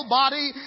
body